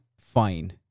fine